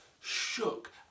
shook